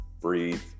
breathe